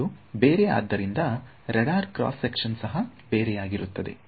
ಅವುಗಳು ಬೇರೆ ಆದ್ದರಿಂದ ರಡಾರ್ ಕಾಸ್ ಸೆಕ್ಷನ್ ಸಹ ಬೇರೆಯಾಗಿರುತ್ತದೆ